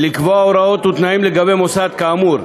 ולקבוע הוראות ותנאים לגבי מוסד כאמור,